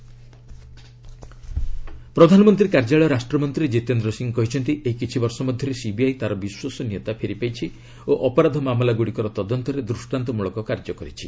Jitendra Singh CBI ପ୍ରଧାନମନ୍ତ୍ରୀ କାର୍ଯ୍ୟାଳୟ ରାଷ୍ଟ୍ରମନ୍ତ୍ରୀ ଜିତେନ୍ଦ୍ର ସିଂହ କହିଛନ୍ତି ଏହି କିଛି ବର୍ଷ ମଧ୍ୟରେ ସିବିଆଇ ତାର ବିଶ୍ୱସନୀୟତା ଫେରିପାଇଛି ଓ ଅପରାଧ ମାମଲାଗୁଡ଼ିକର ତଦନ୍ତରେ ଦୃଷ୍ଟାନ୍ତମଳକ କାର୍ଯ୍ୟ କରିଛି